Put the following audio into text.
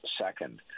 Second